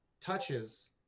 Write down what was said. touches